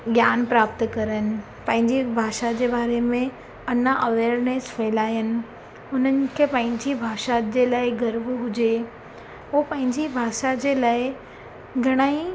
ज्ञान प्राप्त करनि पंहिंजी भाषा जे बारे में अञा अवेयरनेस फहिलाइनि उन्हनि खे पंहिंजी भाषा जे लाइ गर्व हुजे उहो पंहिंजी भाषा जे लाइ घणेई